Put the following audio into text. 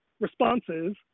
responses